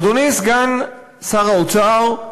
אדוני סגן שר האוצר,